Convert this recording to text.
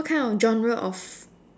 what kind of genre of